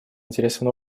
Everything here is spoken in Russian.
интересам